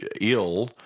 ill